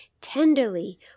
tenderly